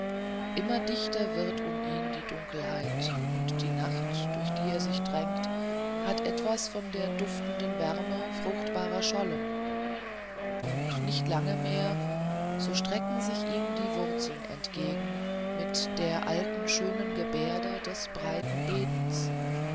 immer dichter wird um ihn die dunkelheit und die nacht durch die er sich drängt hat etwas von der duftenden wärme fruchtbarer schollen und nicht lange mehr so strecken sich ihm die wurzeln entgegen mit der alten schönen gebärde des breiten gebetes